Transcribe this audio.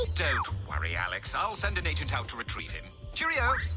don't worry alex. i'll send an agent out to retrieve him cheerio